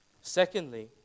Secondly